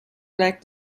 flag